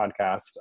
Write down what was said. podcast